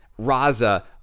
Raza